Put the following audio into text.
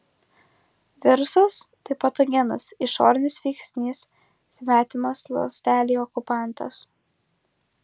virusas tai patogenas išorinis veiksnys svetimas ląstelei okupantas